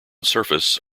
surface